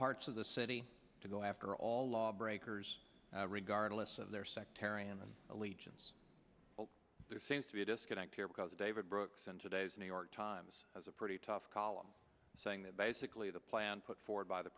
parts of the city to go after all lawbreakers regardless of their sectarian allegiance there seems to be a disconnect here because david brooks in today's new york times has a pretty tough column saying that basically the plan put forward by the